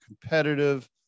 competitive